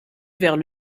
vers